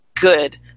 good